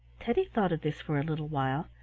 teddy thought of this for a little while,